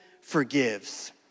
forgives